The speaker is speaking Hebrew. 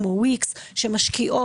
כמו וויקס שמשקיעות,